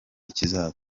kizaza